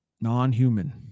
Non-human